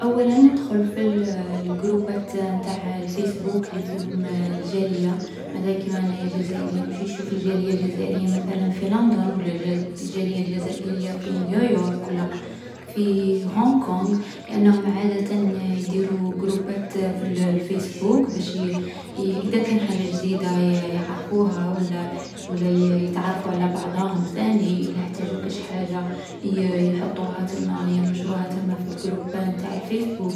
﻿أولا ندخل في الغروبات نتاع الفايسبوك لي فيهم الجالية، مثلا كيما أنايا جزايرية نمشي نشوف الجالية الجزائرية مثلا في لندن، ولا الجال الجالية الجزائرية في نيويورك ولا، في هونج كونج. لأنهم عادة يديرو غروبات في الفايسبوك باش ي-إذا كان حاجة جديدة يعرفوها ولا ولا يتعرفو على بعضاهم ثاني إلى احتاجو كانش حاجا ي-يحطوها تما ينشروها تما في الغروبان نتع الفيسبوك.